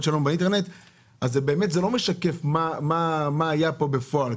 שלנו באינטרנט לא משקף מה היה פה בפועל.